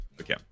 Okay